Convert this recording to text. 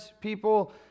people